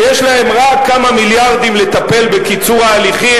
שיש להן רק כמה מיליארדים כדי לטפל בקיצור ההליכים